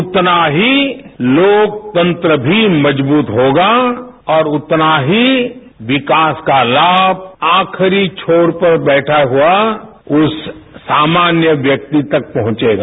उतना ही लोकतंत्र भी मजबूत होगा और उतना ही विकास का लाभ आखिरी छोर पर बैठा हुआ उस सामान्य व्यक्ति तक पहुंचेगा